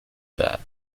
that